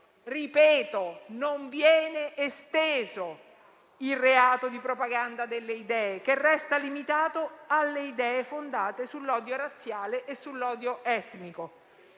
ripeto, non viene esteso il reato di propaganda delle idee, che resta limitato alle idee fondate sull'odio razziale e sull'odio etnico.